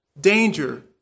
danger